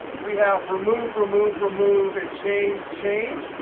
we have remove, remove, remove, and change, change.